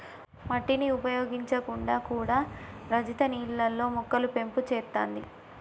మట్టిని ఉపయోగించకుండా కూడా రజిత నీళ్లల్లో మొక్కలు పెంపు చేత్తాంది